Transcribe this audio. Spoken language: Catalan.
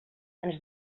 ens